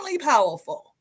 powerful